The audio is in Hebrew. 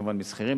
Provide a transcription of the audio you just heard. כמובן מלשכירים,